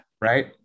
Right